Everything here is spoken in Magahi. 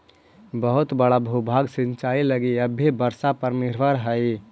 बहुत बड़ा भूभाग सिंचाई लगी अब भी वर्षा पर निर्भर हई